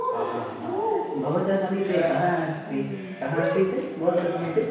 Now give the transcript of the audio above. भवतः समीपे कः अस्ति कः आसीत् भवतः समीपे